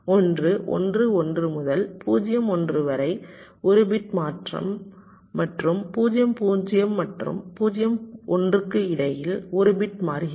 ஒன்று 1 1 முதல் 0 1 வரை 1 பிட் மாற்றம் மற்றும் 0 0 மற்றும் 0 1 க்கு இடையில் 1 பிட் மாறுகிறது